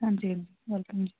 ਹਾਂਜੀ ਵੈਲਕਮ ਜੀ